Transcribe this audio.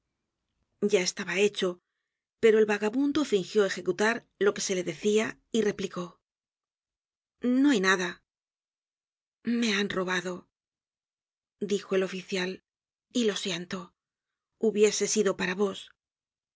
ya estaba hecho pero el vagabundo fmgió ejecutar lo que se le decia y replicó no hay nada me han robado dijo el oficial y lo siento hubiese sido para vos los